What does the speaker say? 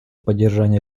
поддержание